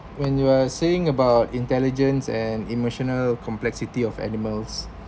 when you are saying about intelligence and emotional complexity of animals